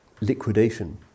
liquidation